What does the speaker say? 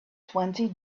twenty